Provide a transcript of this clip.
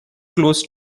close